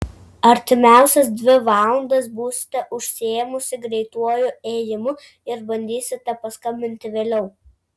artimiausias dvi valandas būsite užsiėmusi greituoju ėjimu ir bandysite paskambinti vėliau